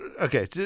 Okay